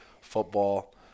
football